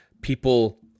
people